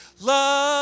love